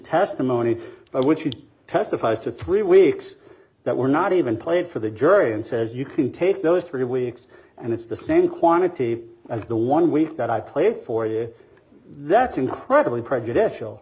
testimony by which he testifies to three weeks that we're not even played for the jury and says you can take those three weeks and it's the same quantity of the one week that i played for you that's incredibly prejudicial